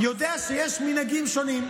יודע שיש מנהגים שונים,